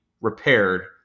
repaired